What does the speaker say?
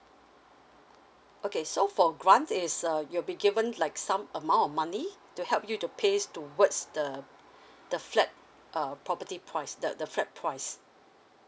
okay so for grant is uh you'll be given like some amount of money to help you to pays towards the the flat uh property price the the flat price